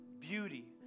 beauty